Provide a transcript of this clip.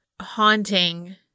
haunting